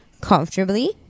comfortably